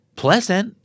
pleasant